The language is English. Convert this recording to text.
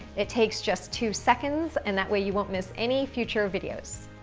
it takes just two seconds, and that way you won't miss any future videos.